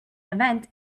event